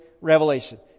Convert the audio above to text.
revelation